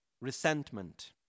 Resentment